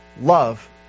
Love